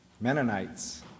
Mennonites